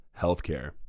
healthcare